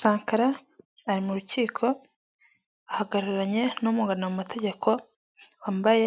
Sankara ari mu rukiko ahagararanye n'umwunganira mu mategeko wambaye